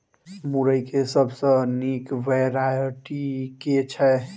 मुरई केँ सबसँ निक वैरायटी केँ छै?